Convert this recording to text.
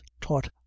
taught